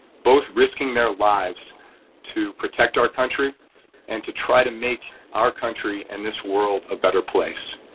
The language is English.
both risking their lives to protect our country and to try to make our country and this world a better place.